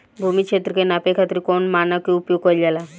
भूमि क्षेत्र के नापे खातिर कौन मानक के उपयोग कइल जाला?